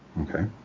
Okay